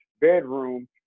bedroom